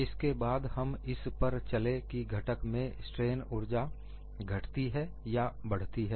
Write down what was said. इसके बाद हम इस पर चले कि घटक में स्ट्रेन ऊर्जा घटती है या बढ़ती है